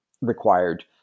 required